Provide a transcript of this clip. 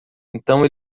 então